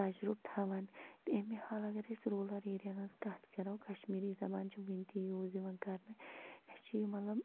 تجرُبہٕ تھاوان تہِ امہِ حالہِ اگر اسہِ روٗلر ایرِیاہن ہِنٚز کتھ کرو کشمیٖری زبان چھِ وٕنۍ تہِ یوٗز یِوان کرنہٕ اسہِ چھِ یہِ مطلب